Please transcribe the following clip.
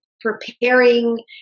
preparing